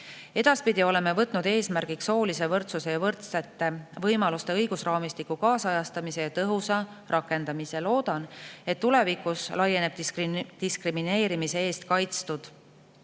Edaspidi oleme võtnud eesmärgiks soolise võrdsuse ja võrdsete võimaluste õigusraamistiku kaasajastamise tõhusa rakendamise. Loodan, et tulevikus laieneb diskrimineerimise eest kaitstud